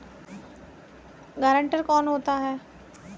Guarantor कौन होता है?